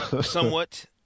somewhat